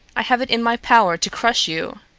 i have it in my power to crush you.